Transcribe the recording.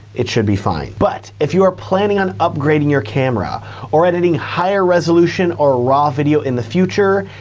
it should be fine. but if you are planning on upgrading your camera or editing higher resolution or raw video in the future,